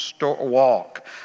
walk